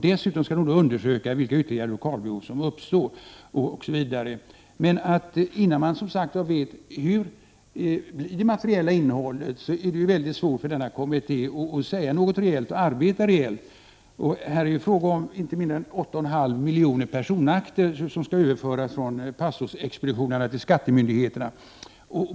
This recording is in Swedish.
Dessutom skall kommittén undersöka vilka ytterligare lokalbehov som uppstår, osv. Innan man vet hur det blir med det materiella innehållet, är det som sagt väldigt svårt för denna kommitté att arbeta reellt. Här är det fråga om inte mindre än 8,5 miljoner personakter, som skall överföras från pastorsexpeditionerna till skattemyndigheterna.